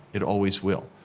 it always will.